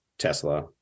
Tesla